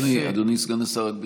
אדוני סגן השר,